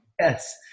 Yes